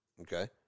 okay